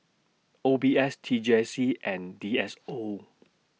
O B S T J C and D S O